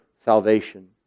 salvation